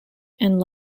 and